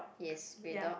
yes grey dog